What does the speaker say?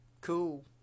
Cool